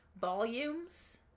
Volumes